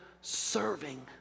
serving